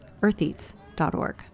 eartheats.org